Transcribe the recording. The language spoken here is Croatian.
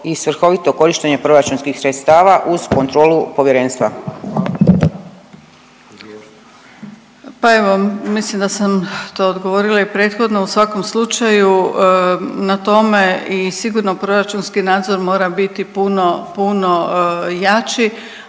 i svrhovito korištenje proračunskih sredstava uz kontrolu povjerenstva. **Perić, Grozdana (HDZ)** Pa evo mislim da sam to odgovorila i prethodno, u svakom slučaju na tome i sigurno proračunski nadzor mora biti puno,